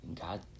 God